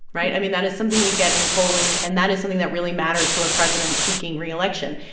right? i mean, that is something we get in polling, and that is something that really matters to a president seeking reelection.